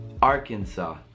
Arkansas